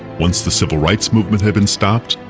once the civil rights movement had been stopped,